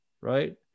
Right